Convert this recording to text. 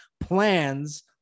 plans